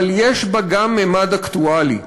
אבל יש בה ממד אקטואלי.